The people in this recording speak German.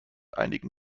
einigen